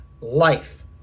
life